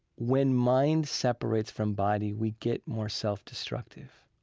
when mind separates from body, we get more self-destructive.